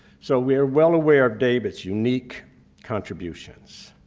so we're well aware of david's unique contributions.